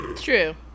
True